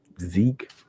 Zeke